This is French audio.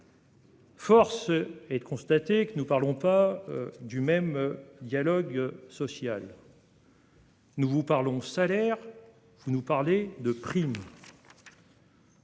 Force est de constater que nous ne parlons pas du même dialogue social. Nous vous parlons salaire ; vous nous parlez primes.